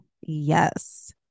Yes